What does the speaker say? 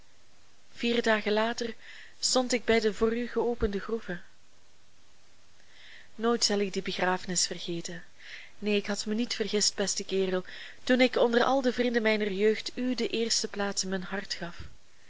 vier dagen later stond ik bij de voor u geopende groeve nooit zal ik die begrafenis vergeten neen ik had mij niet vergist beste kerel toen ik onder al de vrienden mijner jeugd u de eerste plaats in mijn hart gaf